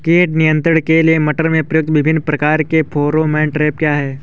कीट नियंत्रण के लिए मटर में प्रयुक्त विभिन्न प्रकार के फेरोमोन ट्रैप क्या है?